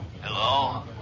Hello